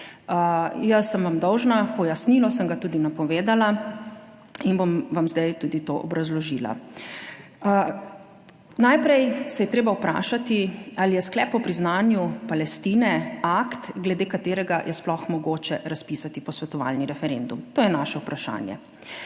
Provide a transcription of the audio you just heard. Jaz sem vam dolžna pojasnilo, sem ga tudi napovedala in vam bom zdaj tudi to obrazložila. Najprej se je treba vprašati, ali je sklep o priznanju Palestine akt, glede katerega je sploh mogoče razpisati posvetovalni referendum; to je naše vprašanje.